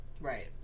Right